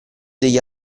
degli